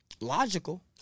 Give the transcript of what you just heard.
logical